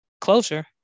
closure